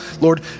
Lord